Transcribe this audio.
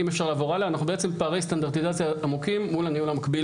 אנחנו בעצם בפערי סטנדרטיזציה עמוקים מול הניהול המקביל